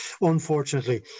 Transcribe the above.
unfortunately